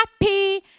happy